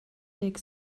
deg